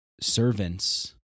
servants